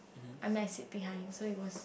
I mean I sit behind so it was